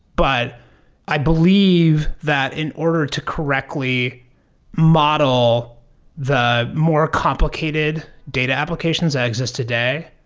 but i believe that in order to correctly model the more complicated data applications that exist today,